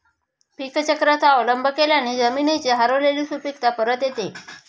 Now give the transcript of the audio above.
पीकचक्राचा अवलंब केल्याने जमिनीची हरवलेली सुपीकता परत येते